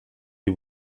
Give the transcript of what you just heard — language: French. les